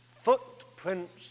Footprints